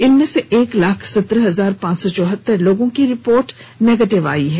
इनमें से एक लाख सत्रह हजार पांच सौ चौहतर लोगों की रिपोर्ट निगेटिव आ चुकी है